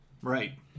Right